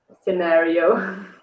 scenario